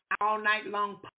all-night-long